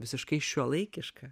visiškai šiuolaikišką